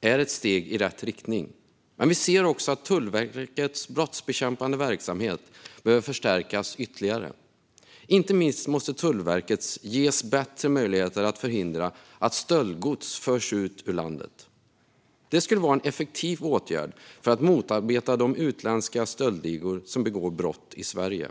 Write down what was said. är ett steg i rätt riktning. Vi anser också att Tullverkets brottsbekämpande verksamhet behöver förstärkas ytterligare. Inte minst måste Tullverket ges bättre möjligheter att förhindra att stöldgods förs ut ur landet. Det skulle vara en effektiv åtgärd för att motarbeta de utländska stöldligor som begår brott i Sverige.